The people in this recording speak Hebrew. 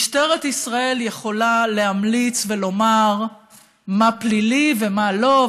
משטרת ישראל יכולה להמליץ ולומר מה פלילי ומה לא,